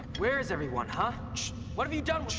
where is everyone, huh? what have you done